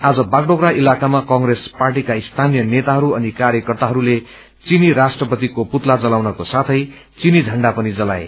आज बाषडुग्रा इलाकामा कंग्रेस पार्टीका स्थानीय नेताहरू अनि कार्यकर्ताहरूले चीनी राष्ट्रपतिको पुतला जलाउनको साथै चीनी झण्डा पनि जलाए